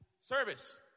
service